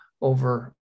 over